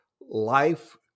life